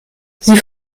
sie